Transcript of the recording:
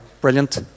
Brilliant